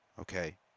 okay